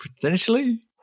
Potentially